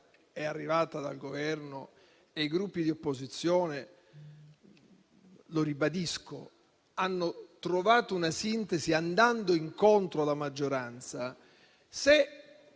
è arrivata dal Governo e i Gruppi di opposizione - lo ribadisco - hanno trovato una sintesi andando incontro alla maggioranza,